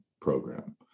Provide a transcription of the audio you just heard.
program